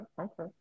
okay